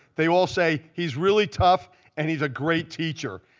they all say he's really tough and he's a great teacher,